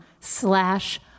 slash